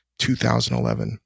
2011